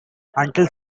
until